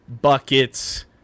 buckets